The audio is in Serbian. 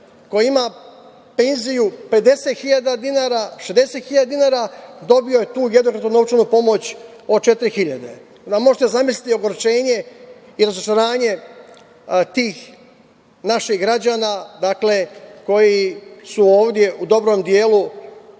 koji imaju penziju 50.000 dinara, 60.000 dinara dobio je tu jednokratnu novčanu pomoć od 4.000 dinara. Možete zamisliti ogorčenje i razočaranje tih naših građana koji su ovde u dobrom delu